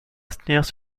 asnières